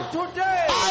today